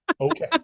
okay